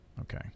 Okay